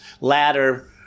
ladder